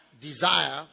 desire